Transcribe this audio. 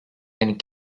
and